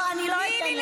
לא, אני לא אתן לזה שוב.